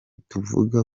tuvuga